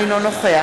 אינו נוכח